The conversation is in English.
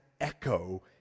echo